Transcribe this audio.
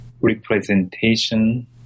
representation